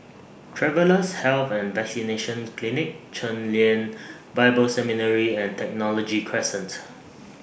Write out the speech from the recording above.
Travellers' Health and Vaccination Clinic Chen Lien Bible Seminary and Technology Crescent